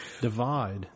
divide